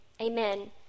amen